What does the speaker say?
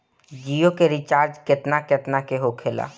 जियो के रिचार्ज केतना केतना के होखे ला?